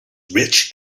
rich